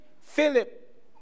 Philip